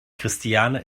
christiane